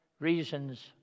reasons